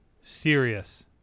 serious